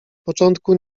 początku